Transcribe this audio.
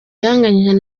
yanganyije